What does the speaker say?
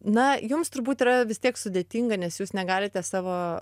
na jums turbūt yra vis tiek sudėtinga nes jūs negalite savo